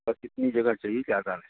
इतनी जगह चाहिए ज़्यादा